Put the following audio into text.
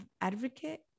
advocate